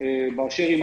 באשר היא,